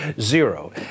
zero